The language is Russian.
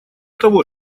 того